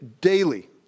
daily